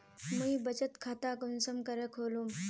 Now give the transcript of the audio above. मुई बचत खता कुंसम करे खोलुम?